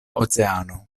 oceano